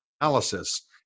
analysis